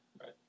Right